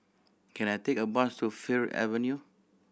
can I take a bus to Fir Avenue